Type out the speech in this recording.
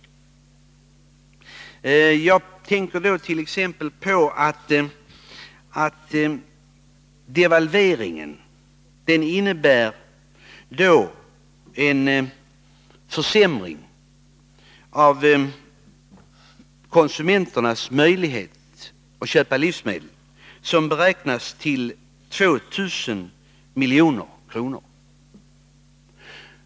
Jag tänker t.ex. på devalveringen, som ju innebär en försämring med 2 miljarder kronor av konsumenternas möjligheter att köpa livsmedel.